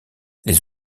les